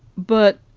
but,